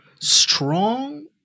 strong